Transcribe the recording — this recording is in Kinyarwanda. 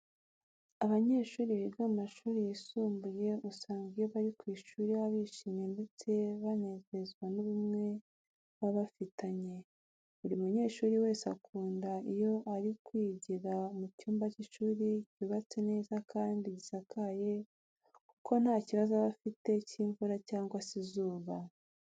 Abanyeshuri biga mu mashuri yisumbuye usanga iyo bari ku ishuri baba bishimye ndetse banezezwa n'ubumwe baba bafitanye. Buri munyeshuri wese akunda iyo ari kwigira mu cyumba cy'ishuri cyubatse neza kandi gisakaye kuko nta kibazo aba afite cy'imvura cyangwa se izuba.